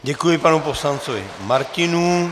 Děkuji panu poslanci Martinů.